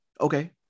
Okay